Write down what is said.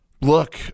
look